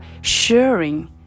sharing